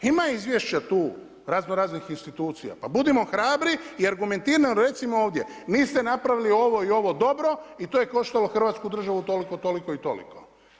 Ima izvješća tu raznoraznih institucija, pa budimo hrabri i argumentirano recimo ovdje niste napravili ovo i ovo dobro i to je koštalo hrvatsku državu toliko, toliko i toliko.